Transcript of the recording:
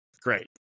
great